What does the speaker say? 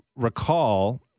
Recall